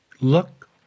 look